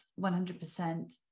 100%